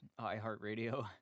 iHeartRadio